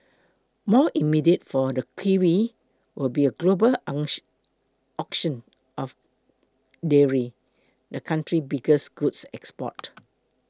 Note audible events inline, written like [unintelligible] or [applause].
more immediate for the kiwi will be a global [unintelligible] auction of dairy the country biggest goods export